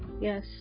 Yes